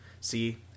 See